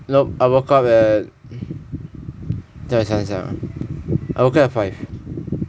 nope I woke up at 再想想 ah I woke up at five